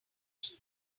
bees